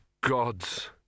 gods